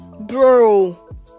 Bro